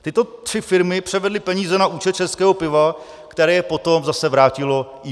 Tyto tři firmy převedly peníze na účet Českého piva, které je potom zase vrátilo IPB.